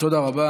תודה רבה